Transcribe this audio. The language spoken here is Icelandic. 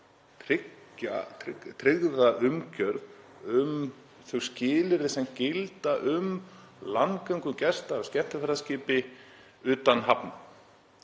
trygga umgjörð um þau skilyrði sem gilda um landgöngu gesta af skemmtiferðaskipi utan hafna.